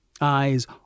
eyes